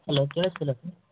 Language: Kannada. ಅಲೋ ಕೇಳಿಸ್ತಿಲ್ಲ ಸರ್